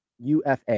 UFA